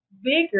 bigger